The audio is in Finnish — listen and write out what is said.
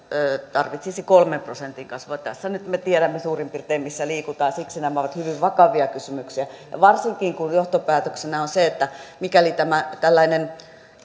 tarvitsisi kolmen prosentin kasvua tässä nyt me tiedämme suurin piirtein missä liikutaan siksi nämä ovat hyvin vakavia kysymyksiä ja varsinkin kun johtopäätöksenä on se että mikäli tällainen